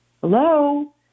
Hello